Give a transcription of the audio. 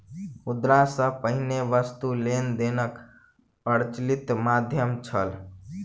मुद्रा सॅ पहिने वस्तु लेन देनक प्रचलित माध्यम छल